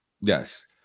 Yes